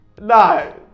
No